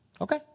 okay